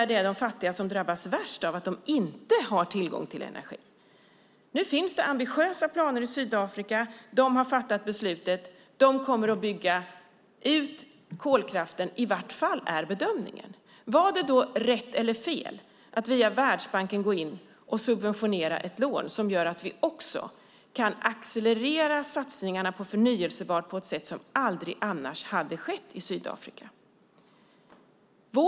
De fattiga drabbas värst av att inte ha tillgång till energi. Nu finns det ambitiösa planer i Sydafrika. De har fattat beslutet. Bedömningen är att de kommer att bygga ut kolkraften i vilket fall som helst. Var det rätt eller fel att via Världsbanken subventionera ett lån som gör att vi kan accelerera satsningarna på förnybart på ett sätt som aldrig annars hade skett i Sydafrika?